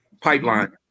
pipeline